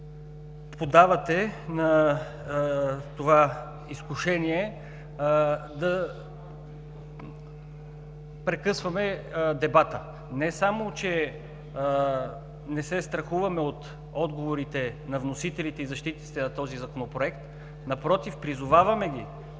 подавате на това изкушение да прекъсваме дебата. Не само че не се страхуваме от отговорите на вносителите и защитниците на този Законопроект, напротив, призоваваме ги